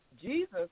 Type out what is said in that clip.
Jesus